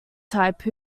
type